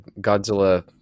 Godzilla